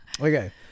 Okay